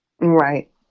Right